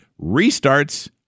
restarts